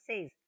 says